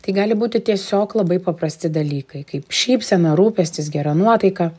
tai gali būti tiesiog labai paprasti dalykai kaip šypsena rūpestis gera nuotaika